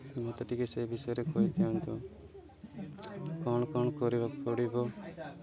ମୋତେ ଟିକିଏ ସେହି ବିଷୟରେ କହିଦିଅନ୍ତୁ କ'ଣ କ'ଣ କରିବାକୁ ପଡ଼ିବ